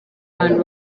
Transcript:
abantu